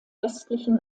westlichen